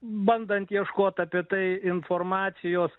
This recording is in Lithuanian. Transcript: bandant ieškot apie tai informacijos